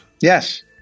Yes